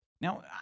Now